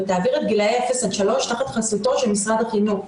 ותעביר את גילאי 0 עד 3 תחת חסותו של משרד החינוך.